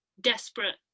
desperate